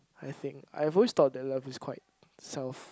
I think I have always thought that love is quite self